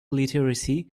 literacy